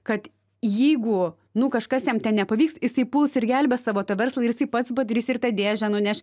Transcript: kad jeigu nu kažkas jam ten nepavyks jisai puls ir gelbės savo tą verslą ir jisai pats padarys ir tą dėžę nuneš